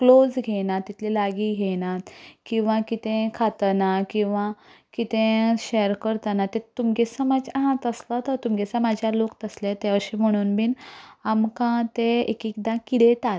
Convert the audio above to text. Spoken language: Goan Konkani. क्लोज घेयना तितले लागीं घेयनात किंवा कितेंय खातना किंवा कितेंय शॅर करतना ते तुमचो समाज आं तसलोच तो तुमच्या समाजा लोक तसलेच ते अशें म्हणून बी आमकां ते एकएकदां हिणयतात